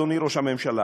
אדוני ראש הממשלה,